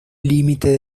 límite